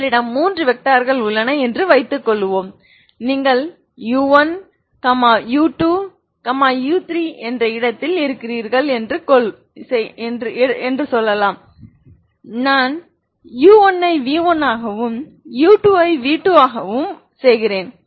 உங்களிடம் மூன்று வெக்டர்கள் உள்ளன என்று வைத்துக்கொள்வோம் நீங்கள் u1 u2 u3 என்ற இடத்தில் இருக்கிறீர்கள் என்று சொல்லலாம் நான் u1 ஐ v1 ஆகவும் u2 ஐ v2 ஆகவும் செய்கிறேன்